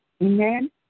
Amen